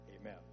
Amen